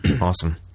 Awesome